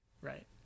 Right